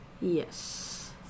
Yes